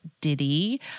Diddy